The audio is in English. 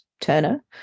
Turner